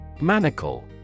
Manacle